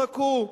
חכו,